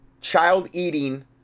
child-eating